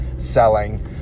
Selling